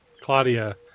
Claudia